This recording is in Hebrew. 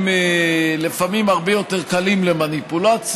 הם לפעמים הרבה יותר קלים למניפולציה,